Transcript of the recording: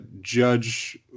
judge